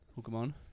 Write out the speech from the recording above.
Pokemon